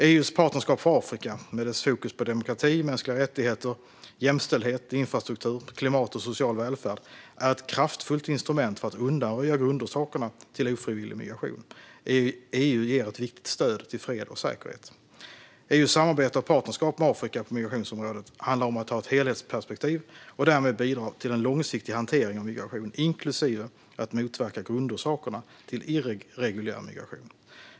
EU:s partnerskap med Afrika med dess fokus på demokrati, mänskliga rättigheter, jämställdhet, infrastruktur, klimat och social välfärd är ett kraftfullt instrument för att undanröja grundorsakerna till ofrivillig migration. EU ger ett viktigt stöd till fred och säkerhet. EU:s samarbete och partnerskap med Afrika på migrationsområdet handlar om att ta helhetsperspektiv och därmed bidra till en långsiktig hantering av migration, inklusive att motverka grundorsakerna till irreguljär migration.